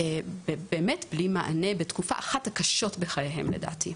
נותרים ללא מענה באחת מהתקופות הקשות בחייהם לדעתי.